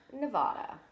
Nevada